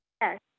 Yes